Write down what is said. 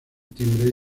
timbre